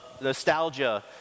nostalgia